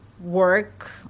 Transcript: work